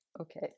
Okay